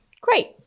Great